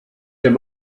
dem